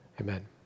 Amen